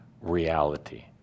reality